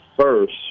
first